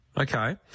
Okay